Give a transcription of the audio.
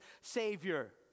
Savior